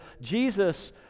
Jesus